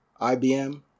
IBM